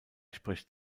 spricht